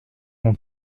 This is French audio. mon